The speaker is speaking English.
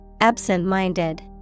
Absent-minded